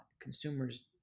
Consumers